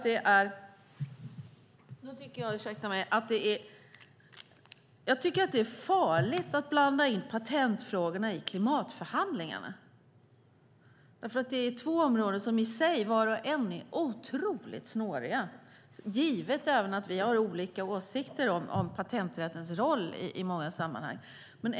Då tycker jag att det är farligt att blanda in patentfrågorna i klimatförhandlingarna. Det är två områden som i sig, vart och ett, är otroligt snåriga. Vi har även olika åsikter om patenträttens roll i många sammanhang.